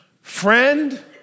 friend